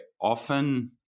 often